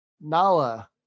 Nala